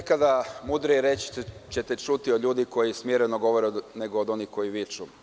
Nekada mudrije reči ćete čuti od ljudi koji smireno govore nego od onih koji viču.